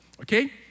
okay